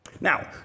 Now